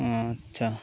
আচ্ছা